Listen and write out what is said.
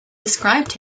described